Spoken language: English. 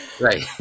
Right